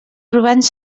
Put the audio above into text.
urbans